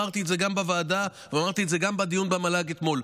אמרתי את זה גם בוועדה וגם בדיון במל"ג אתמול,